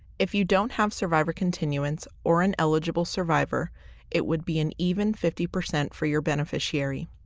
if you don't have survivor continuance or an eligible survivor it would be an even fifty percent for your beneficiary.